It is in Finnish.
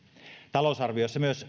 talousarviossa myös